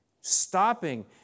Stopping